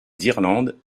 d’irlande